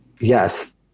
yes